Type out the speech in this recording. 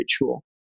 ritual